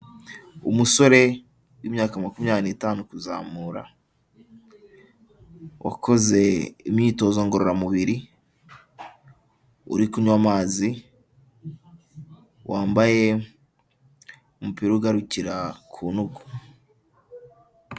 Umusore w'imyaka makumyabiri n'itanu kuzamura, wakoze imyitozo ngororamubiri, uri kunywa amazi, wambaye umupira ugarukira ku ntugu.